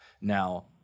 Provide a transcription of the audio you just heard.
Now